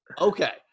Okay